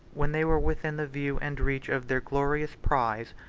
when they were within the view and reach of their glorious prize,